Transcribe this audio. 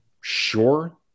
sure